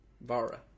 Vara